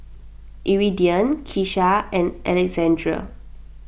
Iridian Kesha and Alexandr